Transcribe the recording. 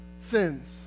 sins